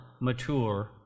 mature